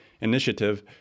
Initiative